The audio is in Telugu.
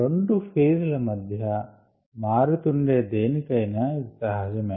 రెండు ఫెజ్ ల మధ్య మారుతుండే దేనికైనా ఇది సహజమే